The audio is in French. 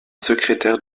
secrétaire